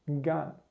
Gun